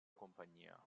compagnia